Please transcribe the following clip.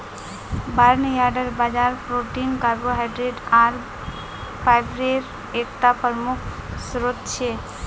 barnyard बाजरा protein carbohydrate आर fibre एकता प्रमुख स्रोत छिके